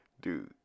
Dude